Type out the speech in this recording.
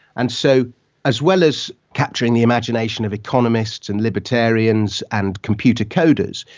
and so as well as capturing the imagination of economists and libertarians and computer coders,